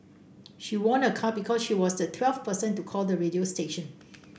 she won a car because she was the twelfth person to call the radio station